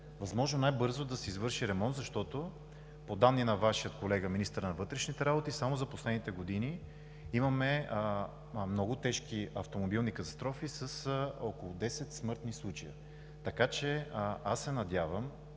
възможно най-бързо да се извърши ремонт, защото по данни на Вашия колега, министър на вътрешните работи, само за последните години имаме много тежки автомобилни катастрофи с около 10 смъртни случая. Надявам се в